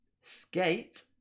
Skate